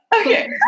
Okay